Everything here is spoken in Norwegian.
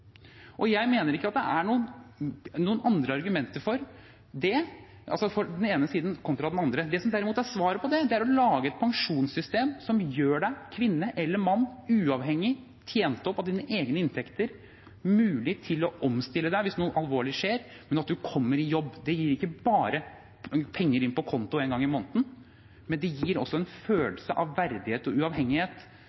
Jeg mener ikke at det er noen andre argumenter for den ene siden kontra den andre. Det som derimot er svaret på det, er å lage et pensjonssystem som gjør en – kvinne eller mann – uavhengig, med mulighet til opptjening fra egne inntekter og som gir en mulighet til å omstille seg hvis noe alvorlig skjer, men at man kommer i jobb. Det gir ikke bare penger inn på konto en gang i måneden. Det gir også en